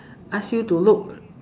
ask you to look